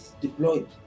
deployed